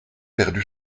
perdu